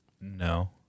No